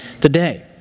today